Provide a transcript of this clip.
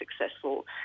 successful